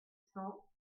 cent